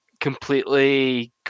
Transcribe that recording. completely